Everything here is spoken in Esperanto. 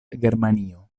germanio